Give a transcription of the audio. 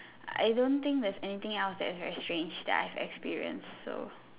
I don't think there's anything else that's very strange that I've experienced so